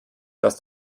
dass